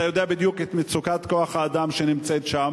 אתה יודע בדיוק את מצוקת כוח האדם שם,